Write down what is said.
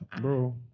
Bro